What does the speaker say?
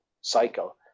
cycle